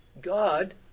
God